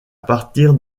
partir